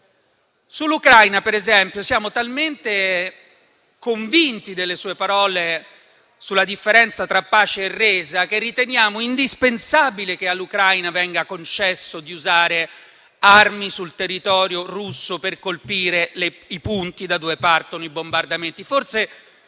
per esempio, siamo talmente convinti delle sue parole sulla differenza tra pace e resa, che riteniamo indispensabile che all'Ucraina venga concesso di usare armi sul territorio russo per colpire i punti da dove partono i bombardamenti.